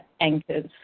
anchors